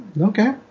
Okay